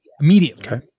immediately